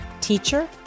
teacher